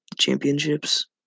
championships